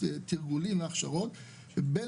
ניהול חירום" לגביהם ולקיים תרגולים והכשרות בנוגע אליהם.